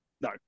no